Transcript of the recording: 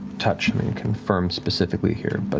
touch and confirm specifically here, but